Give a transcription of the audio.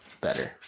better